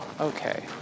okay